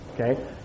Okay